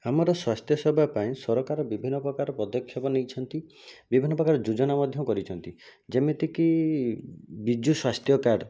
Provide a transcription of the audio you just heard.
ଆମର ସ୍ୱାସ୍ଥ୍ୟ ସେବା ପାଇଁ ସରକାର ବିଭିନ୍ନ ପ୍ରକାର ପଦକ୍ଷେପ ନେଇଛନ୍ତି ବିଭିନ୍ନ ପ୍ରକାର ଯୋଜନା ମଧ୍ୟ କରିଛନ୍ତି ଯେମିତିକି ବିଜୁ ସ୍ୱାସ୍ଥ୍ୟ କାର୍ଡ଼୍